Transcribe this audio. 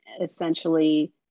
essentially